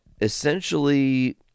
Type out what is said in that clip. essentially